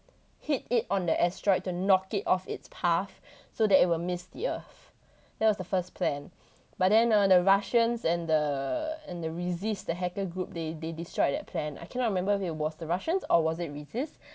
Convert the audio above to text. hit it on the asteroid to knock it off its path so that it will miss the earth that was the first plan but then the russians and the and the resist the hacker group they they destroyed that plan I cannot remember who it was the russians or was it resist